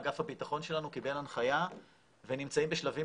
אגף הביטחון שלנו קיבל הנחיה ונמצאים בשלבים